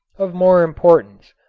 of more importance.